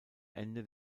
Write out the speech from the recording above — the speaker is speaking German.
ende